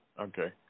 Okay